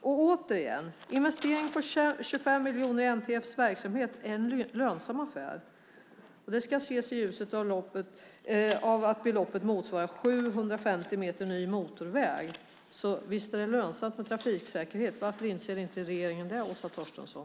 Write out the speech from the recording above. Och åter igen: Investering på 25 miljoner i NTF:s verksamhet är en lönsam affär. Det ska ses i ljuset av att beloppet motsvarar 750 meter ny motorväg. Så visst är det lönsamt med trafiksäkerhet. Varför inser inte regeringen det, Åsa Torstensson?